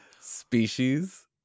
species